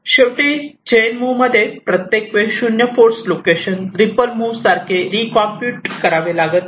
शेवटी chain move मध्ये प्रत्येक वेळी 0 फोर्स लोकेशन रिपल मूव्ह सारखे री कॉम्प्युट करावे लागत नाही